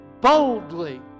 boldly